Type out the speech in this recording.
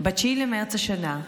"ב-9 במרץ השנה,